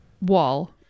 wall